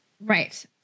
right